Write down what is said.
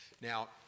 Now